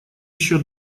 еще